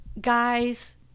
Guys